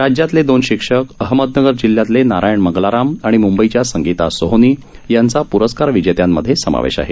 राज्यातले दोन शिक्षक अहमदनगर जिल्ह्यातले नारायण मंगलाराम आणि मुंबईच्या संगीता सोहोनी यांचा प्रस्कार विजेत्यांमधे समावेश आहे